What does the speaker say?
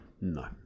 No